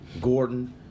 Gordon